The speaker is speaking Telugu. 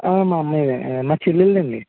మా అమ్మాయే మా చెల్లెలిదండి